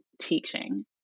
teaching